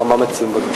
מה מציעים?